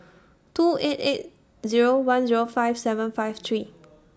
two eight eight Zero one Zero five seven five three